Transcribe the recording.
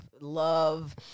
love